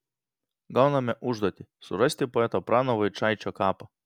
gauname užduotį surasti poeto prano vaičaičio kapą